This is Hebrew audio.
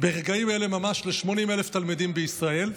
ברגעים אלה ממש ל-80,000 תלמידים בישראל,